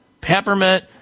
peppermint